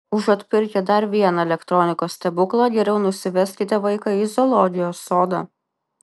užuot pirkę dar vieną elektronikos stebuklą geriau nusiveskite vaiką į zoologijos sodą